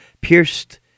pierced